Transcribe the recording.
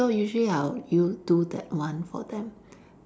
so usually I would you do that one for them